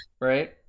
right